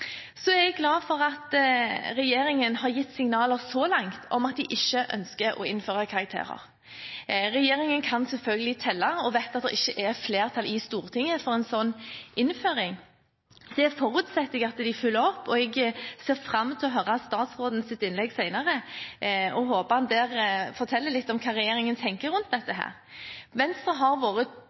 er glad for at regjeringen har gitt signaler – så langt – om at de ikke ønsker å innføre karakterer. Regjeringen kan selvfølgelig telle og vet at det ikke er flertall i Stortinget for en sånn innføring. Det forutsetter jeg at de følger opp, og jeg ser fram til å høre statsrådens innlegg senere og håper han der forteller litt om hva regjeringen tenker rundt dette. Venstre har vært